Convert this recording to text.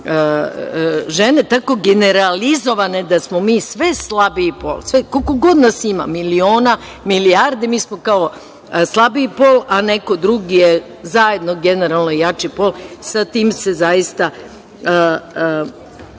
žene tako generalizovane, da smo mi sve slabiji pol, koliko god nas ima, miliona, milijardi, mi smo kao slabiji pol, a neko drugi je zajedno, generalno jači pol. Sa tim se zaista